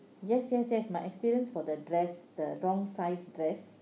yes yes yes my experience for the dress the wrong size dress